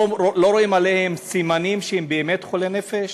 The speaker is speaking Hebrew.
לא רואים עליהם סימנים שהם באמת חולי נפש,